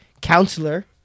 counselor